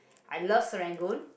I love Serangoon